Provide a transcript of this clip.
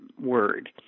word